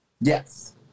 Yes